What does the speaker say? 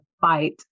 fight